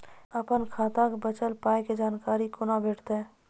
अपन खाताक बचल पायक जानकारी कूना भेटतै?